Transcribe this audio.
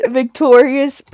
victorious